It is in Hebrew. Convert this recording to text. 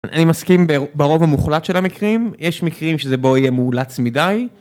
אני מסכים ברוב המוחלט של המקרים, יש מקרים שזה בו יהיה מאולץ מדי.